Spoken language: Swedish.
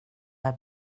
där